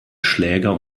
schläger